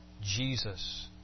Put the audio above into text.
Jesus